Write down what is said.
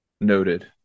Noted